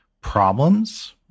problems